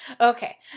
Okay